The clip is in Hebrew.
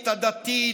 הדתית,